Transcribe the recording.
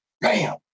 Bam